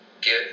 get